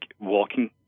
walking